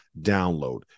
download